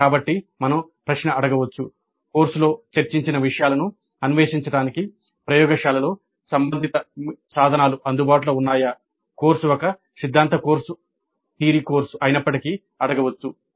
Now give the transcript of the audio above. కాబట్టి మనం ప్రశ్న అడగవచ్చు "కోర్సులో చర్చించిన విషయాలను అన్వేషించడానికి ప్రయోగశాలలలో సంబంధిత సాధనాలు అందుబాటులో ఉన్నాయా" కోర్సు ఒక సిద్ధాంత కోర్సు అయినప్పటికీ అడగవచ్చు